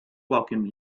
welcome